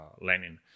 Lenin